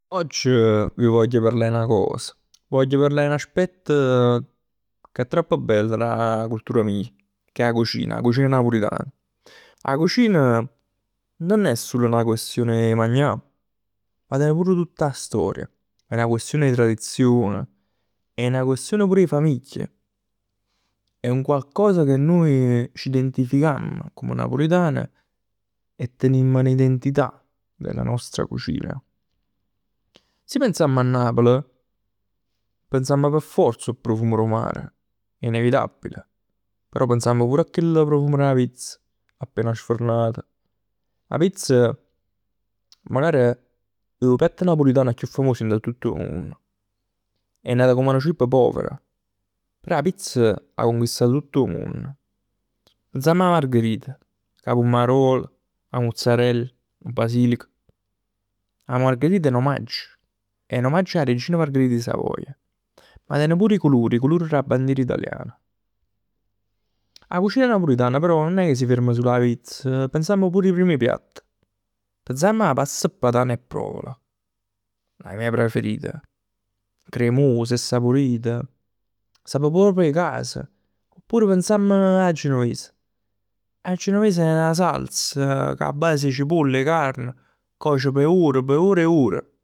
Ogg vi vogl parlà 'e 'na cos. V' voglio parlà 'e n'aspetto che è tropp bell d' 'a cultura mij. Che è 'a cucina, 'a cucina napulitan. 'A cucin nun è sul 'na questione 'e magnà, ma ten pur tutt 'na storia. È 'na questione 'e tradizion, è 'na questione pur 'e famiglia. È un qualcosa che nuje ci identificamm come napulitan e tenimm n'identità d' 'a nostra cucina. Si pensamm a Napl, pensamm p' forz 'o profum d' 'o mar. È inevitabile, però pensamm pur a chell profum d' 'a pizz, appena sfornata. 'A pizz, magari è 'o piatto napulitano chiù famoso dint 'a tutt 'o munn. È n'ato come a nu cibo pover, però 'a pizza 'a conquistato tutt 'o munn. Pensamm 'a margherita cu 'a pummarol, 'a muzzarell, 'o basilic. 'A margherita è n'omaggio. N'omaggio a regina Margherita 'e Savoia. Ma ten pur 'e culur. 'E culur d' 'a bandier italiana. 'A cucina napulitana però nun è ca si ferm sul 'a pizz, pensamm pur 'e primi piatt. Pensamm 'a pasta patan e provola, la mia preferita. Cremosa, è saporit, sap proprj 'e cas. Oppur pensamm 'a genuves. 'A genoves è 'na salsa cu 'a base 'e cipolle, 'e carne, coce p'ore, p'ore e ore.